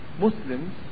Muslims